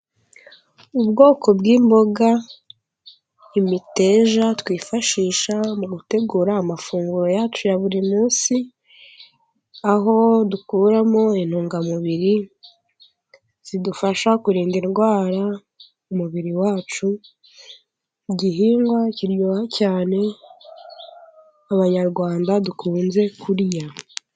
Ubwoko bw'imboga; imiteja twifashisha mu gutegura amafunguro yacu ya buri munsi, aho dukuramo intungamubiri zidufasha kurinda indwara umubiri wacu, igihingwa kiryoha cyane Abanyarwanda dukunze kurya.